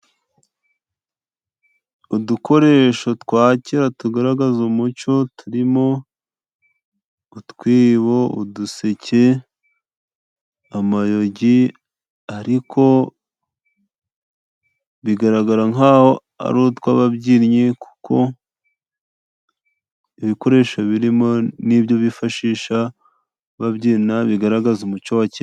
Udukoresho twa kera tugaragaza umuco turi mo utwibo, uduseke, amayogi, ariko bigaragara nk'aho ari utw'ababyinnyi kuko ibikoresho birimo ni byo bifashisha babyina bigaragaza umucyo wa kera.